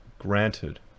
granted